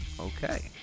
Okay